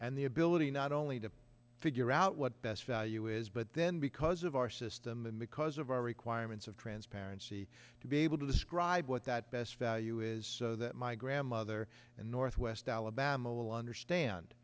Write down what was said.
and the ability not only to figure out what best value is but then because of our system and because of our requiring of transparency to be able to describe what that best value is so that my grandmother in northwest alabama will understand